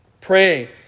Pray